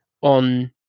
on